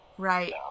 Right